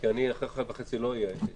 לנסיבות ובדיוק להוראות הספציפיות.